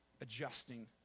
adjusting